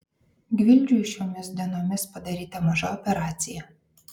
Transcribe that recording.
gvildžiui šiomis dienomis padaryta maža operacija